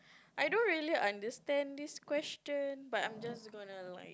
I don't really understand these question but I'm just gonna like